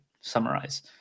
summarize